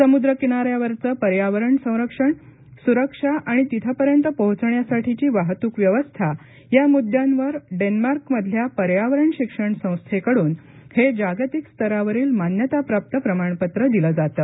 समुद्र किनाऱ्यावरचं पर्यावरण संरक्षण सुरक्षा आणि तिथंपर्यंत पोहोचण्यासाठीची वाहतूक व्यवस्था या मुद्यांवर डेन्मार्कमधल्या पर्यावरण शिक्षण संस्थेकडून हे जागतिक स्तरावरील मान्यताप्राप्त प्रमाणपत्र दिलं जातं